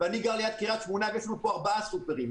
ליד קריית שמונה ויש לנו פה ארבעה סופרמרקטים.